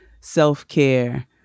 self-care